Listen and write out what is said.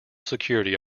security